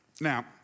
Now